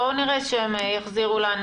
בואו נראה שהם יחזירו לנו